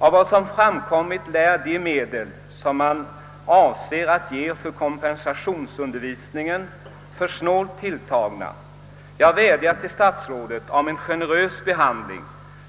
Av vad som framkommit är de medel, som man avser att bevilja för kompensationsundervisningen, väl snålt tilltagna. Jag vädjar till statsrådet om en generös behandling,